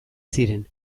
ziren